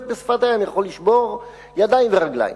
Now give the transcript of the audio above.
על שפת הים יכול לשבור ידיים ורגליים.